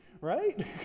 right